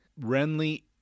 Renly